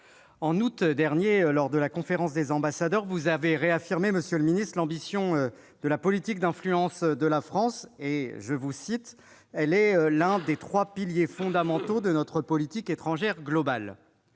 d'août dernier, lors de la conférence des ambassadeurs, vous avez réaffirmé l'ambition de la politique d'influence de la France, que vous décrivez comme « l'un des trois piliers fondamentaux de notre politique étrangère globale